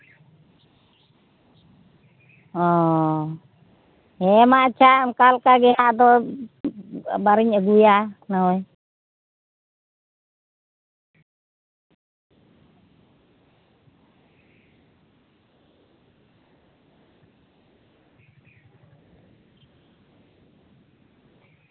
ᱚ ᱦᱮᱸᱢᱟ ᱟᱪᱪᱷᱟ ᱚᱱᱠᱟ ᱞᱮᱠᱟ ᱜᱮ ᱦᱟᱸᱜ ᱟᱫᱚ ᱟᱵᱟᱨᱤᱧ ᱟᱹᱜᱩᱭᱟ ᱦᱮᱸ